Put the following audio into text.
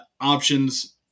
options